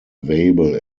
available